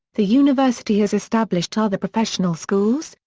the university has established other professional schools,